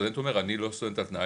סטודנט אומר אני לא סטודנט על תנאי,